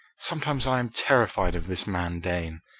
sometimes i am terrified of this man dane.